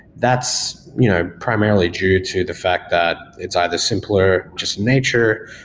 that's you know primarily due to the fact that it's either simpler, just nature,